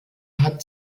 hat